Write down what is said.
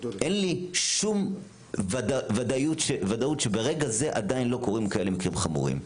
אין לי שום ודאות שברגע זה עדיין לא קורים כאלה מקרים חמורים,